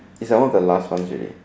it's like one of the last ones already